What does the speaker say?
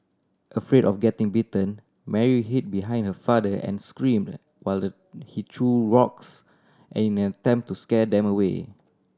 afraid of getting bitten Mary hid behind her father and screamed while he threw rocks in an attempt to scare them away